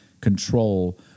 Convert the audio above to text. control